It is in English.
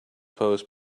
post